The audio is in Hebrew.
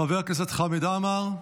חבר הכנסת חמד עמאר,